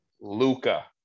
Luca